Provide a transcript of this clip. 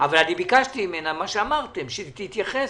אבל ביקשתי ממנה את מה שאמרתם, שתתייחס